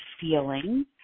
feeling